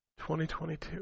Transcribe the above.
2022